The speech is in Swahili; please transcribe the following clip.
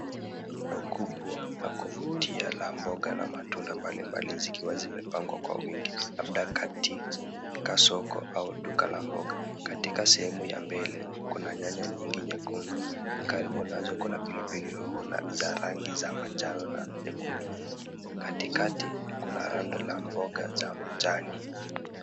Rundo kubwa la kuvutia la mboga na matunda mbalimbali zikiwa zimepangwa kwa wingi, labda katika soko au duka la mboga. Katika sehemu ya mbele kuna nyanya nyingi nyekundu, karibu nazo, kuna pilipili hoho za rangi za manjano na nyekundu. Katikati kuna rundo la mboga za majani.